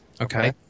Okay